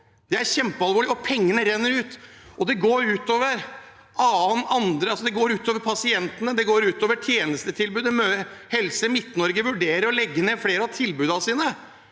Det er kjempealvorlig, pengene renner ut, og det går ut over pasientene og tjenestetilbudet. Helse Midt-Norge vurderer å legge ned flere av tilbudene sine